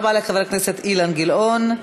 תודה רבה לחבר הכנסת אילן גילאון.